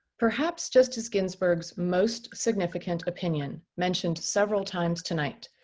perhaps justice ginsburg's most significant opinion, mentioned several times tonight,